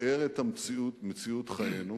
לתאר את המציאות, מציאות חיינו,